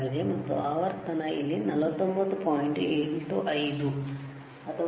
ಮತ್ತು ಆವರ್ತನ ಇಲ್ಲಿ 49